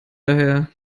daher